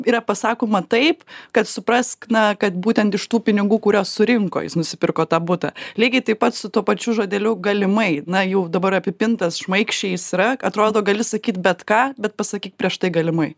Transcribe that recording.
yra pasakoma taip kad suprask na kad būtent iš tų pinigų kuriuos surinko jis nusipirko tą butą lygiai taip pat su tuo pačiu žodeliu galimai na jau dabar apipintas šmaikščiai jis yra atrodo gali sakyti bet ką bet pasakyk prieš tai galimai